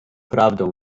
prawdą